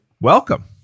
welcome